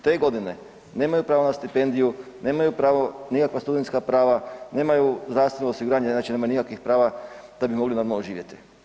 Te godine nemaju pravo na stipendiju, nema pravo nikakva studentska prava, nemaju zdravstveno osiguranje, znači nemaju nikakvih prava da bi mogli normalno živjeti.